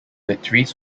victories